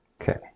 Okay